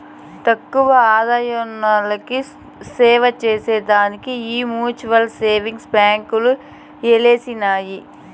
తక్కువ ఆదాయమున్నోల్లకి సేవచేసే దానికే ఈ మ్యూచువల్ సేవింగ్స్ బాంకీలు ఎలిసినాయి